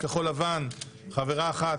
לכחול לבן חברה אחת,